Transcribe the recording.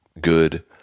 good